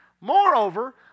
Moreover